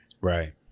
Right